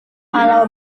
kalau